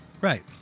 Right